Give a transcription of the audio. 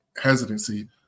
hesitancy